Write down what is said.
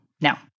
Now